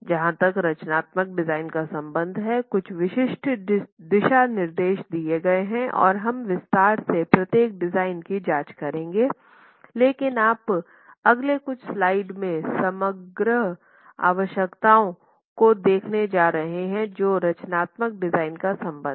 जहां तक संरचनात्मक डिज़ाइन का संबंध है कुछ विशिष्ट दिशा निर्देश दिए गए हैं और हम विस्तार से प्रत्येक डिज़ाइन की जांच करेंगे लेकिन आप अगले कुछ स्लाइड्स में समग्र आवश्यकताओं को देखने जा रहे हैं जो संरचनात्मक डिज़ाइन का संबंध है